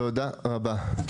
תודה רבה.